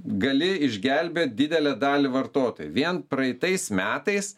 gali išgelbėt didelę dalį vartotojų vien praeitais metais